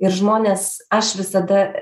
ir žmonės aš visada